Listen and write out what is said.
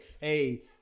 Hey